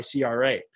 CRA